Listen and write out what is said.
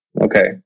Okay